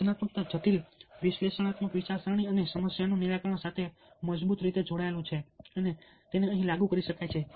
સર્જનાત્મકતા જટિલ વિશ્લેષણાત્મક વિચારસરણી અને સમસ્યાનું નિરાકરણ સાથે ખૂબ જ મજબૂત રીતે જોડાયેલું છે અને તેને અહીં લાગુ કરી શકાય છે